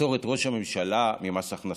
לפטור את ראש הממשלה ממס הכנסה.